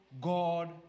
God